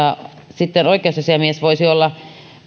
sitten oikeusasiamies voisi olla